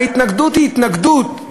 ההתנגדות היא התנגדות,